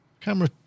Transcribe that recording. camera